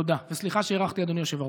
תודה, וסליחה שהארכתי, אדוני היושב-ראש.